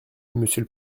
monsieur